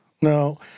No